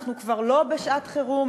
אנחנו כבר לא בשעת חירום,